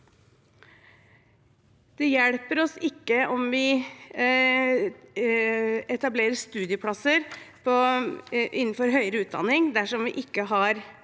Det hjelper oss ikke å etablere studieplasser innenfor høyere utdanning dersom vi ikke har